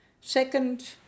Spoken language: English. Second